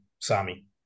Sami